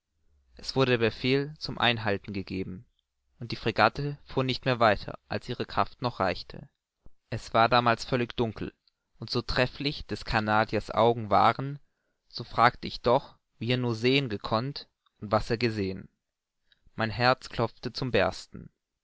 es wurde befehl zum einhalten gegeben und die fregatte fuhr nicht mehr weiter als ihre kraft noch reichte es war damals völlig dunkel und so trefflich des canadiers augen waren so fragte ich doch wie er nur sehen gekonnt und was er gesehen mein herz klopfte zum bersten